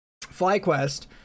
FlyQuest